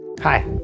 Hi